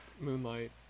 Moonlight